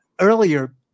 earlier